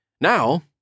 Now